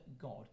God